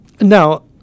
Now